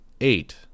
Eight